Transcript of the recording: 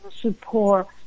support